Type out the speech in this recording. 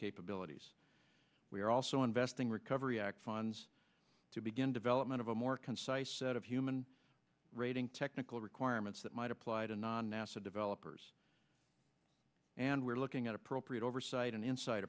capabilities we are also investing recovery act funds to begin development of a more concise set of human rating technical requirements that might apply to non nasa developers and we're looking at appropriate oversight and insight